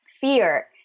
fear